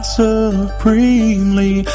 supremely